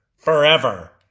forever